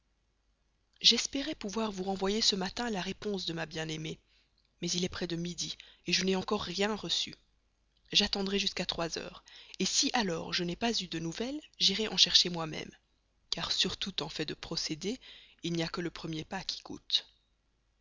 j'espérais pouvoir vous renvoyer ce matin la réponse de ma bien-aimée mais il est près de midi je n'ai encore rien reçu j'attendrai jusqu'à trois heures si alors je n'ai pas eu de nouvelles j'irai en chercher moi-même car surtout en fait de procédés il n'y a que le premier pas qui coûte